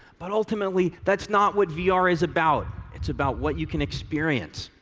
but ultimately, that's not what vr ah vr is about. it's about what you can experience.